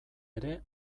ere